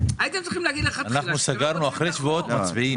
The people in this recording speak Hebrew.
אנחנו סגרנו, אחרי שבועות מצביעים.